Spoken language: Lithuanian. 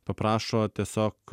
paprašo tiesiog